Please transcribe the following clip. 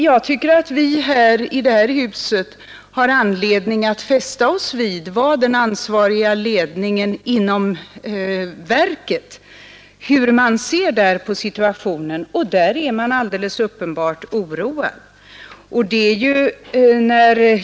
Jag tycker att vi i detta hus har anledning att ta fasta på vad den ansvariga ledningen inom rikspolisstyrelsen anser om situationen, och där är man alldeles uppenbart oroad.